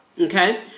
Okay